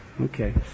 Okay